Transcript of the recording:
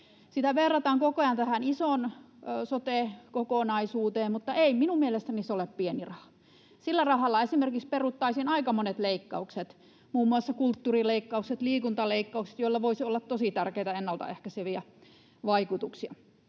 Sitä verrataan koko ajan tähän isoon sote-kokonaisuuteen, mutta ei minun mielestäni se ole pieni raha. Sillä rahalla esimerkiksi peruttaisiin aika monet leikkaukset, muun muassa kulttuurileikkaukset, liikuntaleikkaukset, joilla voisi olla tosi tärkeitä ennaltaehkäiseviä vaikutuksia.